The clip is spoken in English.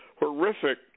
horrific